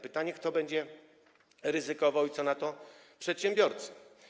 Pytanie: Kto będzie ryzykował i co na to przedsiębiorcy?